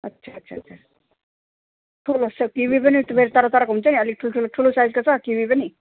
अच्छा अच्छा अच्छा ठुलो छ किवी पनि त्यो तरह तरह हुन्छ नि अलिक ठुलठुलो ठुलो साइजको छ किवी पनि